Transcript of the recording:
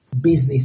business